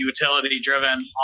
utility-driven